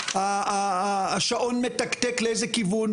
השעון מתקתק לאיזה כיוון,